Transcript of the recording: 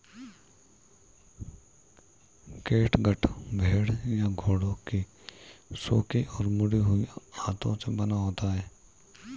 catgut भेड़ या घोड़ों की सूखी और मुड़ी हुई आंतों से बना होता है